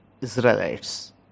Israelites